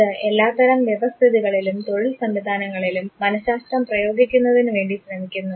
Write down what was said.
ഇത് എല്ലാത്തരം വ്യവസ്ഥിതികളിലും തൊഴിൽ സംവിധാനങ്ങളിലും മനഃ ശാസ്ത്രം പ്രയോഗിക്കുന്നതിനുവേണ്ടി ശ്രമിക്കുന്നു